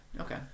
Okay